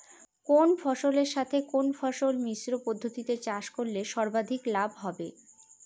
কোন ফসলের সাথে কোন ফসল মিশ্র পদ্ধতিতে চাষ করলে সর্বাধিক লাভ হবে?